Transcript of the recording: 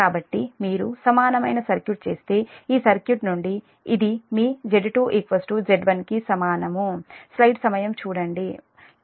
కాబట్టి మీరు సమానమైన సర్క్యూట్ చేస్తే ఈ సర్క్యూట్ నుండి ఇది మీZ2 Z1 కి సమానం